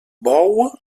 bou